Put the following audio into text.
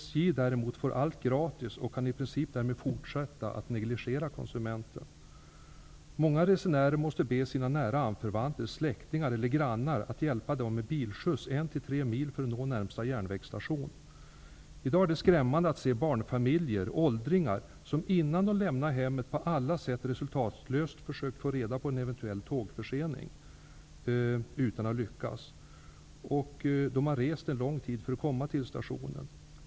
SJ däremot får allt gratis och kan i princip fortsätta att negligera konsumenten. Många resenärer måste be sina nära anförvanter, släktingar eller grannar att hjälpa dem med bilskjuts 1--3 mil för att nå närmaste järnvägsstation Det är skrämmande att som i dag se barnfamiljer och åldringar som innan de lämnar hemmet på alla sätt resultatlöst försökt få reda på en eventuell tågförsening. De har rest en lång tid för att komma till stationen.